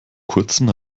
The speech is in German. kurzen